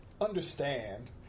understand